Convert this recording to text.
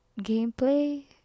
gameplay